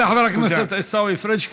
תודה לחבר הכנסת עיסאווי פריג.